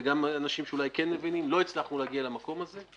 וגם אנשים שאולי כן מבינים לא הצלחנו להגיע למקום הזה,